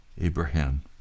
Abraham